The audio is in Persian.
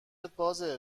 بازه